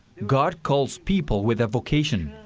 god calls people with a vocation.